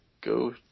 go